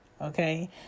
okay